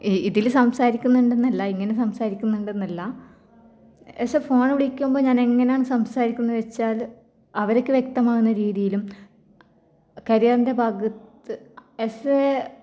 ഇതിൽ സംസാരിക്കുന്നുണ്ടെന്നല്ല ഇങ്ങനെ സംസാരിക്കുന്നുണ്ടെന്നല്ല ആസ് എ ഫോൺ വിളിക്കുമ്പോൾ ഞാനെങ്ങനെയാണ് സംസാരിക്കുന്നത് വെച്ചാൽ അവർക്ക് വ്യക്തമാകുന്ന രീതിയിലും കരിയറിൻ്റെ ഭാഗത്ത് ആസ് എ